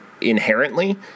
inherently